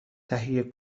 تهیه